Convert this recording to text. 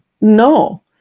No